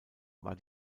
war